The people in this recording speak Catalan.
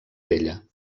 vella